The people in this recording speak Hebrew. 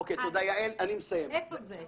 איפה זה?